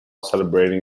celebrating